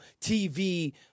TV